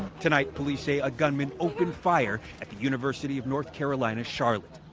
tonight police say a gunman opened fire at the university of north carolina charlotte.